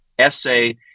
essay